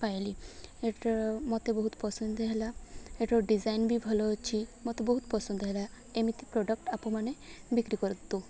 ପାଇଲି ମୋତେ ବହୁତ ପସନ୍ଦ ହେଲା ଏଟର ଡିଜାଇନ୍ ବି ଭଲ ଅଛି ମୋତେ ବହୁତ ପସନ୍ଦ ହେଲା ଏମିତି ପ୍ରଡ଼କ୍ଟ ଆପଣମାନେ ବିକ୍ରି କରନ୍ତୁ